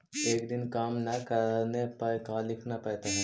एक दिन काम न करने पर का लिखना पड़ता है?